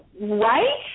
right